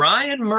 Ryan